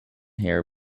hair